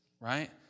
right